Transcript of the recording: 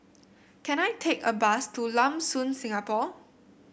can I take a bus to Lam Soon Singapore